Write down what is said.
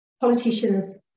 politicians